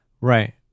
Right